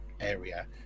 area